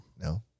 No